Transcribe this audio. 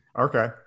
Okay